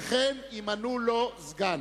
וכן ימנו לו סגן".